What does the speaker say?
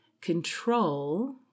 control